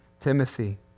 Timothy